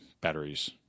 batteries